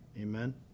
Amen